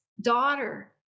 daughter